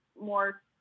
more